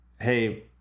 Hey